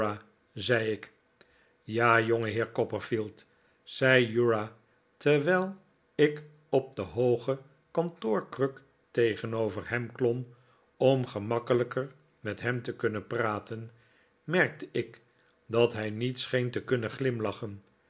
zei ik ja jongeheer copperfield zei uriah terwijl ik op de hooge kantoorkruk tegenover hem klom om gemakkelijker met hem te kunnen praten merkte ik dat hij niet scheen te kunnen glimlachen